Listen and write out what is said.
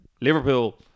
Liverpool